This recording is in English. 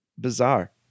bizarre